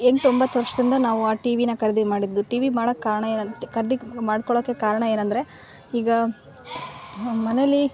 ಎಂಟು ಒಂಬತ್ತು ವರ್ಷದ ಹಿಂದೆ ನಾವು ಆ ಟಿ ವಿನ ಖರೀದಿ ಮಾಡಿದ್ದು ಟಿವಿ ಮಾಡೋಕ್ ಕಾರಣ ಏನಂತ ಖರೀದಿ ಮಾಡ್ಕೋಳೋಕೆ ಕಾರಣ ಏನಂದರೆ ಈಗ ಮನೇಲಿ